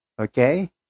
okay